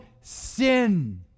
sin